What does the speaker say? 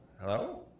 Hello